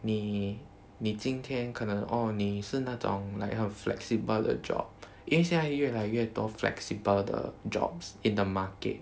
你你今天可能 orh 你是那种 like 很 flexible 的 job 因为现在越来越多 flexible 的 jobs in the market